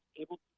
able